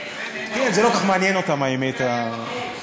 זה לא כל כך מעניין אותם, הוא בחוץ,